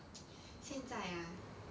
现在 ah